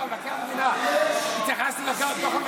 לא, מבקר המדינה, התייחסתי לדוח מבקר המדינה.